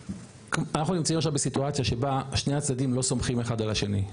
אנחנו נמצאים עכשיו בסיטואציה שבה שני הצדדים לא סומכים אחד על השני.